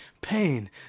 pain